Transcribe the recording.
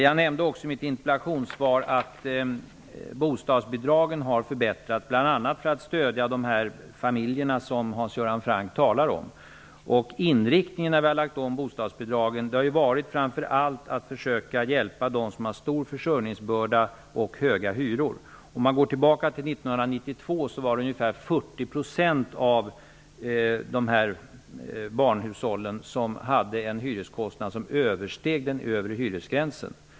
Jag nämnde också i svaret att bostadsbidragen har förbättrats bl.a. för att stödja sådana familjer som Hans Göran Fanck talar om. Inriktningen i bostadsbidragen har varit framför allt att försöka hjälpa dem som har en stor försörjningsbörda och höga hyror. Man kan konstatera att ungefär 40 % av barnhushållen år 1992 hade en hyreskostnad som överskred den övre hyresgränsen.